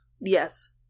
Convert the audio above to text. yes